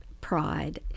pride